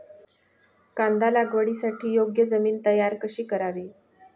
कांदा लागवडीसाठी योग्य जमीन तयार कशी करावी?